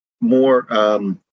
more